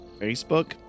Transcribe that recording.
Facebook